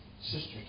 Sister